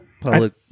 public